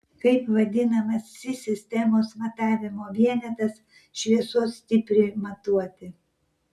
kaip vadinamas si sistemos matavimo vienetas šviesos stipriui matuoti